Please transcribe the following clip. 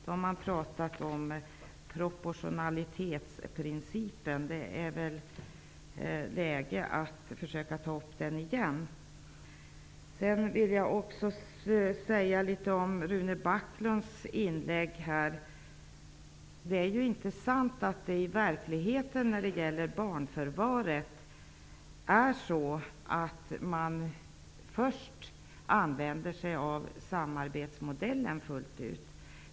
Då har man pratat om proportionalitetsprincipen, och det är väl läge att försöka ta upp den igen. Jag vill säga litet om Rune Backlunds inlägg. När det gäller barnförvar är det inte sant att man först använder sig av samarbetsmodellen fullt ut.